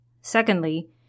Secondly